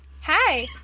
Hi